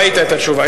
ראית את התשובה?